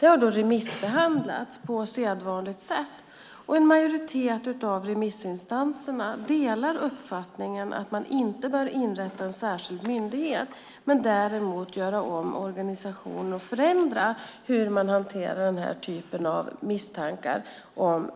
Det har remissbehandlats på sedvanligt sätt, och en majoritet av remissinstanserna delar uppfattningen att man inte bör inrätta en särskild myndighet men däremot göra om organisationen och förändra hur man hanterar den här typen av misstankar om